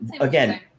again